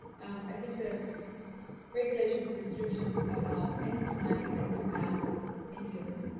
i think the regulations and restrictions about any time that you ask ah human,